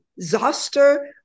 zoster